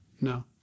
No